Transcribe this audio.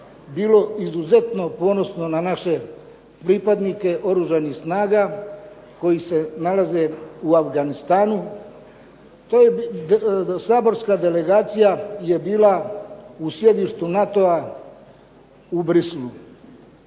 bilo izuzetno ponosno na naše pripadnike Oružanih snaga koji se nalaze u Afganistanu. Saborska delegacija je bila u sjedištu NATO-a u Bruxellesu.